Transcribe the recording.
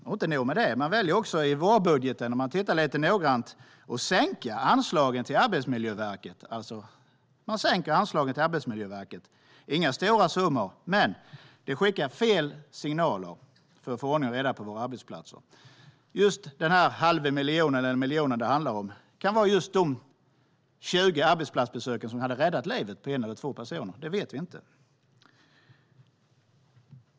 Och inte nog med det, man väljer också i vårbudgeten - om man läser lite noga - att sänka anslagen till Arbetsmiljöverket. Det är inga stora summor, men det skickar fel signaler för att man ska få ordning och reda på arbetsplatserna. De pengar som det handlar om kan innebära just de 20 arbetsplatsbesöken som hade räddat livet på en eller två personer, det vet vi inte.